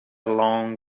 long